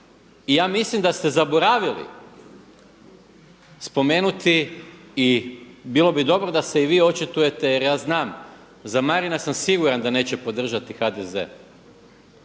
I ja mislim da ste zaboravili spomenuti i bilo bi dobro da se i vi očitujete jer ja znam, za Marina sam siguran da neće podržati HDZ.